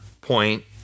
point